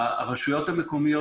שהרשויות המקומיות,